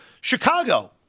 Chicago